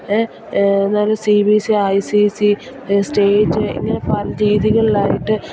എന്നാലും C B S E I C S E state ഇങ്ങനെ പല രീതികളിലായിട്ട്